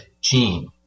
gene